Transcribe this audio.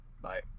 Bye